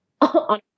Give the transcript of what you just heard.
on